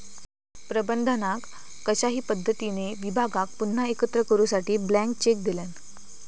प्रबंधकान कशाही पद्धतीने विभागाक पुन्हा एकत्र करूसाठी ब्लँक चेक दिल्यान